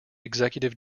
executive